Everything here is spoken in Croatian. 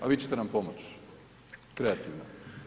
A vi ćete nam pomoći kreativno.